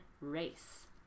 race